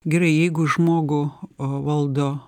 gerai jeigu žmogų valdo